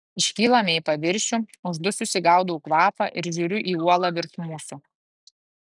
iškylame į paviršių uždususi gaudau kvapą ir žiūriu į uolą virš mūsų